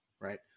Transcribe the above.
Right